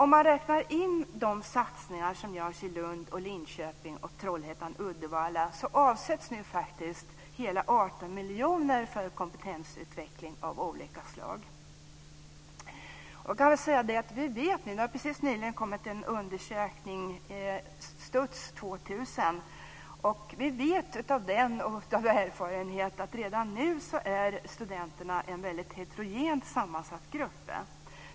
Medräknat de satsningar som görs i Lund, Linköping och Trollhättan/Uddevalla avsätts nu faktiskt hela 18 miljoner till kompetensutveckling av olika slag. Helt nyligen kom undersökningen STUDS 2000. Av den, och även av erfarenhet, vet vi att studenterna redan nu är en väldigt heterogent sammansatt grupp.